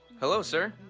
hello sir,